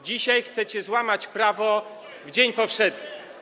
Dzisiaj chcecie złamać prawo w dzień powszedni.